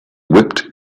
whipped